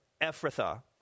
Ephrathah